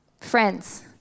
Friends